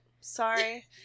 Sorry